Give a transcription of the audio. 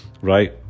right